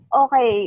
okay